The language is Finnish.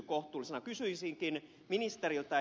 kysyisinkin ministeriltä